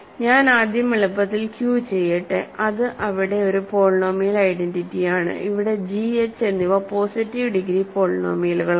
ഞാൻ ആദ്യം എളുപ്പത്തിൽ Q ചെയ്യട്ടെ അത് ഒരു പോളിനോമിയൽ ഐഡന്റിറ്റിയാണ് ഇവിടെ g h എന്നിവ പോസിറ്റീവ് ഡിഗ്രി പോളിനോമിയലുകളാണ്